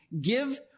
Give